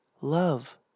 Love